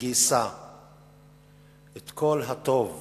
וגייסה את כל הטוב,